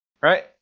Right